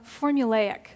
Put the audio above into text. formulaic